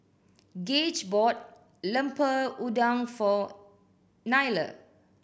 Gage bought Lemper Udang for Nyla